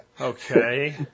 Okay